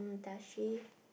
does she